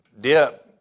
dip